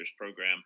program